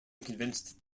convinced